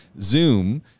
Zoom